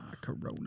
Corona